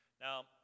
Now